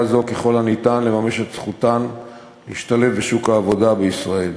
הזו לממש את זכותה להשתלב בשוק העבודה בישראל.